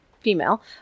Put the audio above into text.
female